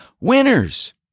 winners